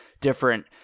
different